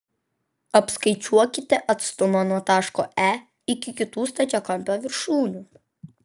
apskaičiuokite atstumą nuo taško e iki kitų stačiakampio viršūnių